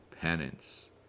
penance